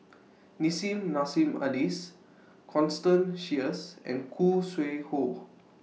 Nissim Nassim Adis Constance Sheares and Khoo Sui Hoe